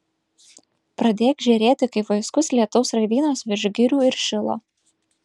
pradėk žėrėti kaip vaiskus lietaus raidynas virš girių ir šilo